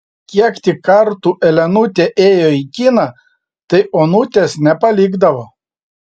kiek tik kartų elenutė ėjo į kiną tai onutės nepalikdavo